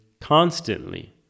constantly